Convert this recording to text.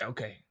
Okay